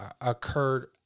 occurred